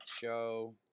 show